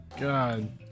God